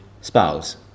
spouse